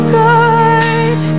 good